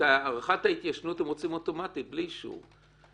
את הארכת ההתיישנות הם רוצים אוטומטית בלי אישור.